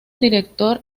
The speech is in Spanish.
director